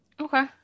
okay